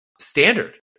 Standard